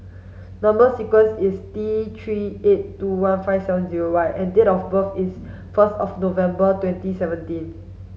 number sequence is T three eight two one five seven zero Y and date of birth is first of November twenty seventeen